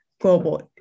global